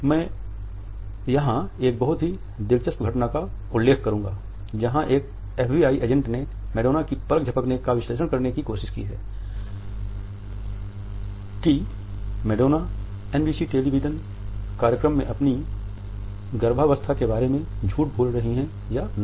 मैं यहां एक बहुत ही दिलचस्प घटना का उल्लेख करूँगा जहां एक एफबीआई एजेंट ने मैडोना की पलक झपकने का विश्लेषण करने की कोशिश की है कि मैडोना एनबीसी टेलीविजन कार्यक्रम में अपनी गर्भावस्था के बारे में झूठ बोल रही है या नहीं